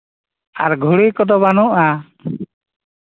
ᱟᱨ ᱜᱷᱩᱲᱤ ᱠᱚᱫᱚ ᱵᱟᱹᱱᱩᱜᱼᱟ